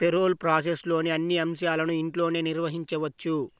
payroll ప్రాసెస్లోని అన్ని అంశాలను ఇంట్లోనే నిర్వహించవచ్చు